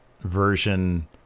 version